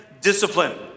discipline